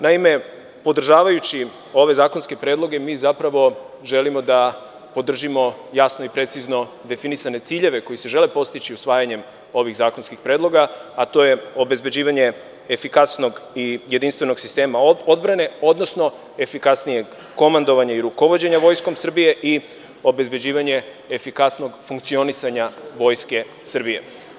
Naime, podržavajući ove zakonske predloge mi zapravo želimo da podržimo jasno i precizno definisane ciljeve koji se žele postići usvajanjem ovih zakonskih predloga, a to je obezbeđivanje efikasnog i jedinstvenog sistema odbrane, odnosno efikasnijeg komandovanja i rukovođenja Vojskom Srbije i obezbeđivanje efikasnog funkcionisanja Vojske Srbije.